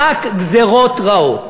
רק גזירות רעות.